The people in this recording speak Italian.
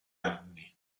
anni